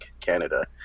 Canada